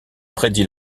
prédit